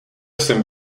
jsem